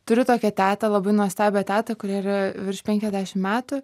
turiu tokią tetą labai nuostabią tetą kuriai yra virš penkiasdešim metų